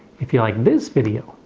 if you like this video,